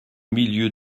milieu